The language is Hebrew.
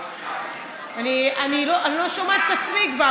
אני כבר